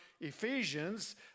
Ephesians